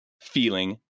feeling